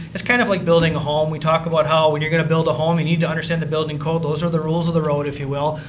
it's kind of like building a home. we talk about how when you're gonna build home you need to understand the building code, those are the rules of the road, if you will.